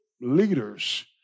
leaders